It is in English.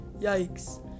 Yikes